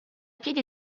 piedi